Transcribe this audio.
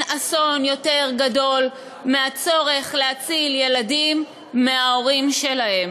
אסון יותר גדול מהצורך להציל ילדים מההורים שלהם,